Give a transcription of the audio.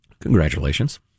Congratulations